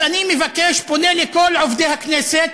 אז אני מבקש, פונה לכל עובדי הכנסת: